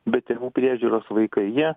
be tėvų priežiūros vaikai jie